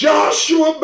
Joshua